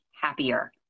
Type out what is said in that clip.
happier